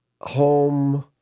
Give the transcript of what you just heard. home